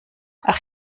ach